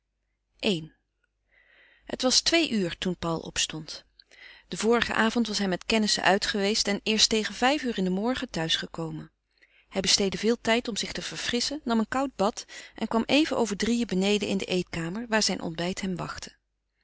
i het was twee uur toen paul opstond den vorigen avond was hij met kennissen uit geweest en eerst tegen vijf uur in den morgen thuis gekomen hij besteedde veel tijd om zich te verfrisschen nam een koud bad en kwam even over drieën beneden in de eetkamer waar zijn ontbijt hem wachtte